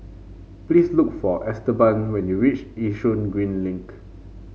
please look for Esteban when you reach Yishun Green Link